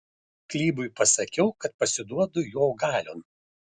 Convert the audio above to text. klybui pasakiau kad pasiduodu jo galion